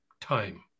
time